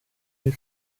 les